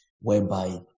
whereby